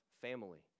family